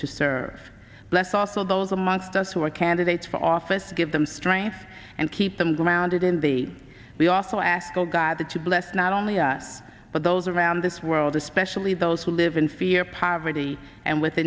to serve less also those amongst us who are candidates for office give them strength and keep them grounded in the we also asked god to bless not only our but those around the world especially those who live in fear poverty and with